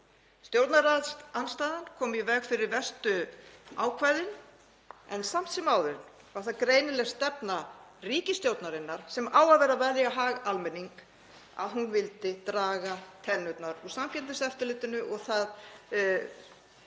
Stjórnarandstaðan kom í veg fyrir verstu ákvæðin en samt sem áður var það greinileg stefna ríkisstjórnarinnar, sem á að vera að verja hag almennings, að hún vildi draga tennurnar úr Samkeppniseftirlitinu. Það